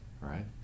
right